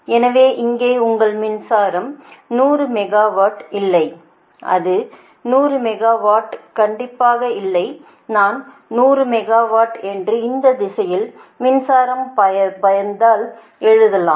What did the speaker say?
எனவே இங்கே உங்கள் மின்சாரம் 100 மெகாவாட் இல்லை அது 100 மெகாவாட் கண்டிப்பாக இல்லை நான் 100 மெகா என்று இந்த திசையில் மின்சாரம் பயந்தாள் எழுதலாம்